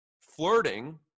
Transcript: flirting